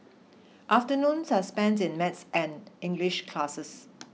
afternoons are spent in math and English classes